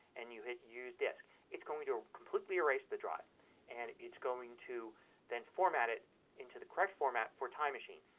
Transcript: and you hit use disk. it's going to completely erase the drive and it's going to then format it into the correct format for time machine.